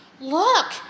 Look